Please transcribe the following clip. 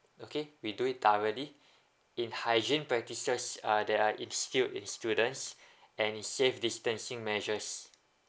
okay we do it thoroughly in hygiene practices uh they are instilled in students any safe distancing measures